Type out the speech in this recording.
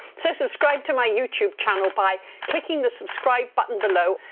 so subscribe to my youtube channel by clicking the subscribe button below,